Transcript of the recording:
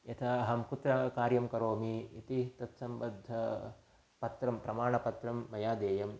यथा अहं कुत्र कार्यं करोमि इति तत्सम्बद्धपत्रं प्रमाणपत्रं मया देयं